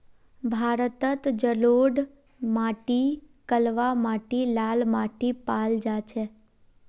भारतत जलोढ़ माटी कलवा माटी लाल माटी पाल जा छेक